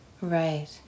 Right